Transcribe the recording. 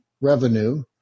revenue